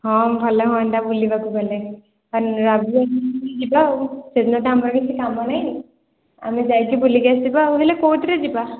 ହଁ ଭଲ ହୁଅନ୍ତା ବୁଲିବାକୁ ଗଲେ ଶନିବାର ଯିବା ଆଉ ସେଦିନ ତ ଆମର କିଛି କାମ ନାହିଁ ଆମେ ଯାଇକି ବୁଲିକି ଆସିବା ଆଉ ହେଲେ କେଉଁଥିରେ ଯିବା